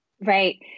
Right